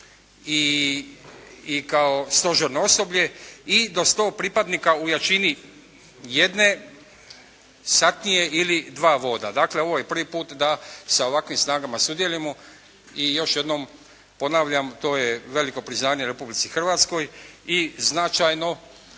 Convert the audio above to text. i kao stožerno osoblje i do 100 pripadnika u jačini jedne satnije ili dva voda. Dakle, ovo je prvi put da sa ovakvim snagama sudjelujemo. I još jednom ponavljam, to je veliko priznanje Republici Hrvatskoj i značajno